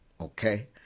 okay